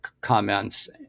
comments